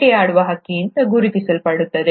ಬೇಟೆಯಾಡುವ ಹಕ್ಕಿಯಿಂದ ಗುರುತಿಸಬಹುದು